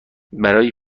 برای